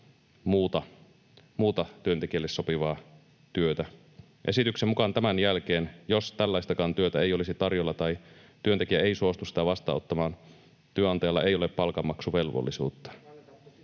muuta työntekijälle sopivaa työtä. Esityksen mukaan tämän jälkeen, jos tällaistakaan työtä ei olisi tarjolla tai työntekijä ei suostu sitä vastaanottamaan, työnantajalla ei ole palkanmaksuvelvollisuutta.